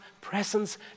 presence